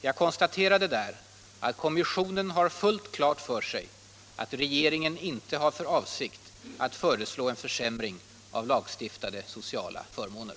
Jag konstaterade där att kommissionen har fullt klart för sig att regeringen inte har för avsikt att föreslå en försämring av lagstiftade sociala förmåner.